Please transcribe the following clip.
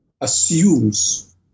assumes